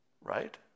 right